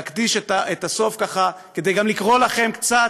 להקדיש את הסוף כדי גם לקרוא לכם קצת